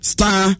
Star